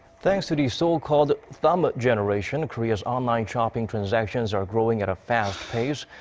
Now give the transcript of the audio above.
thanks to the so-called thumb generation, korea's online shopping transactions are growing at a fast pace.